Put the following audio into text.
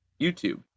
YouTube